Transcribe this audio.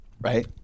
right